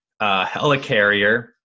helicarrier